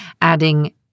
adding